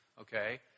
okay